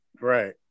right